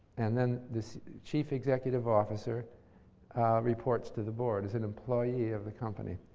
and then this chief executive officer reports to the board as an employee of the company.